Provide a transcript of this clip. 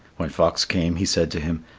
when fox came, he said to him,